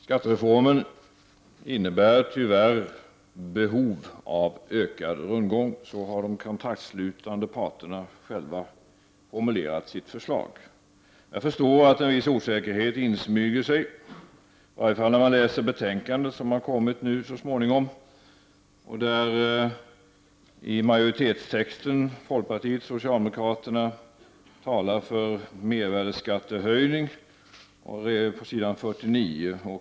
Fru talman! Skattereformen innebär tyvärr behov av ökad rundgång. Så har de kontraktsslutande parterna själva formulerat sitt förslag. Jag förstår att en viss osäkerhet insmyger sig, i varje fall om man läser betänkandet, som har kommit nu. I majoritetstexten talar folkpartister och socialdemokrater för en mervärdeskattehöjning, på s. 49.